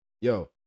Yo